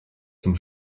zum